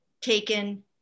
taken